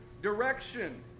Direction